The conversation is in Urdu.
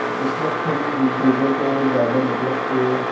تو اس وقت ہم ان چیزوں کو زیادہ مطلب کہ